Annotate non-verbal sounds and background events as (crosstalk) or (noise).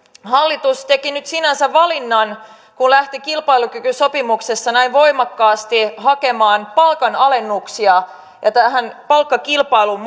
hallitus teki nyt sinänsä valinnan kun lähti kilpailukykysopimuksessa näin voimakkaasti hakemaan palkanalennuksia lähti mukaan tähän palkkakilpailuun (unintelligible)